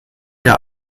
der